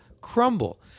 crumble